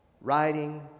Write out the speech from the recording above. riding